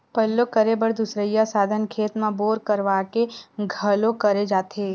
पल्लो करे बर दुसरइया साधन खेत म बोर करवा के घलोक करे जाथे